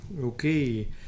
okay